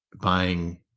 buying